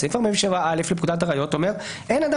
סעיף 47(א) לפקודת הראיות אומר שאין אדם